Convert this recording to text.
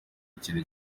ikintu